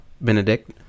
benedict